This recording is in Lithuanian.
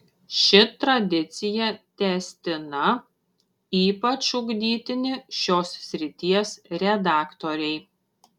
ši tradicija tęstina ypač ugdytini šios srities redaktoriai